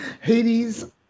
Hades